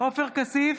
עופר כסיף,